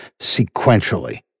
sequentially